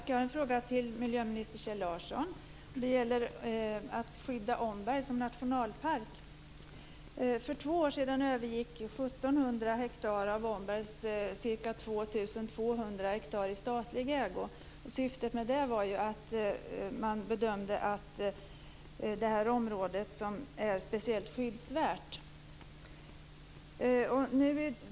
Fru talman! Jag har en fråga till miljöminister Ombergs ca 2 200 hektar i statlig ägo, eftersom man bedömde detta område som speciellt skyddsvärt.